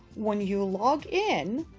when you log in,